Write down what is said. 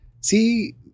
see